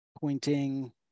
pointing